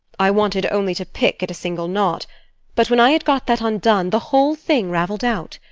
i wanted only to pick at a single knot but when i had got that undone, the whole thing ravelled out.